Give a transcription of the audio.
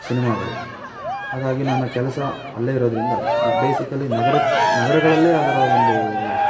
ಸಿನೆಮಾಗಳು ಹಾಗಾಗಿ ನನ್ನ ಕೆಲಸ ಅಲ್ಲೇ ಇರೋದರಿಂದ ನ ಬೇಸಿಕಲಿ ನಗರಕ್ಕೆ ನಗರಗಳಲ್ಲೇ ಅದರ ಒಂದು